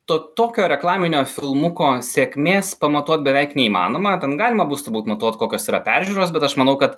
to tokio reklaminio filmuko sėkmės pamatuot beveik neįmanoma ten galima bus turbūt matuot kokios yra peržiūros bet aš manau kad